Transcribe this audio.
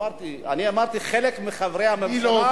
אמרתי חלק מחברי הממשלה,